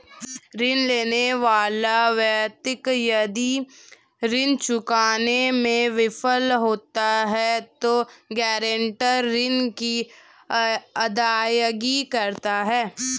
ऋण लेने वाला व्यक्ति यदि ऋण चुकाने में विफल होता है तो गारंटर ऋण की अदायगी करता है